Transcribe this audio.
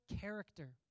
character